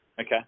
Okay